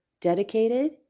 dedicated